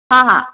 ꯍꯥ